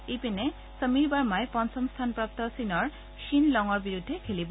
ইপিনে সমীৰ বাৰ্মাই পঞ্চম স্থানপ্ৰাপ্ত চীনৰ শ্বীন লঙৰ বিৰুদ্ধে খেলিব